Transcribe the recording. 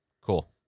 Cool